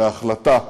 בהחלטה בקלפי.